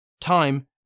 Time